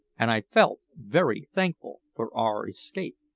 and i felt very thankful for our escape.